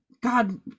god